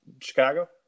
Chicago